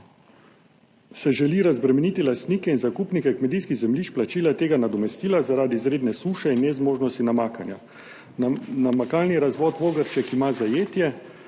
se želi razbremeniti lastnike in zakupnike kmetijskih zemljišč plačila tega nadomestila zaradi izredne suše in nezmožnosti namakanja. Namakalni razvod Vogršček ima zajetje,